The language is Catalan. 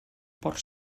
porc